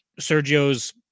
Sergio's